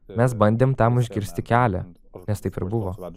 mes bandėm tam užkirsti kelią nes taip ir buvo